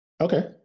Okay